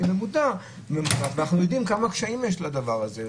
היא --- ואנחנו יודעים כמה קשיים יש לדבר הזה.